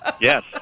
Yes